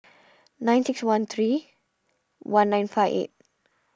nine six one three one nine five eight